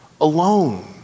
alone